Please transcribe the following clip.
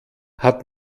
hat